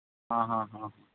ആഹ് ഹാ ഹാ